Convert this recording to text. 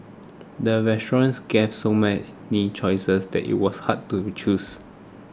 the restaurant gave so many choices that it was hard to choose